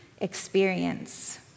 experience